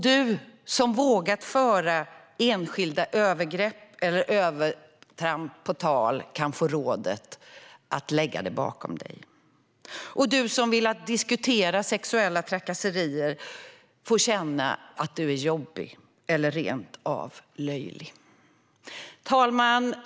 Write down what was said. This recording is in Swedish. Du som vågat föra enskilda övergrepp eller övertramp på tal kan få rådet att lägga det bakom dig. Du som vill diskutera sexuella trakasserier får känna att du är jobbig eller rentav löjlig. Herr talman!